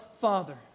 Father